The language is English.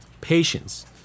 patience